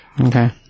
Okay